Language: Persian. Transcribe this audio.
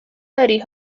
داری